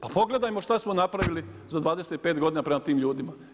Pa pogledajmo što smo napravili za 25 godina prema tim ljudima.